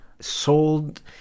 sold